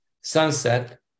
Sunset